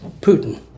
Putin